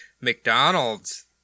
McDonald's